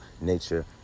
nature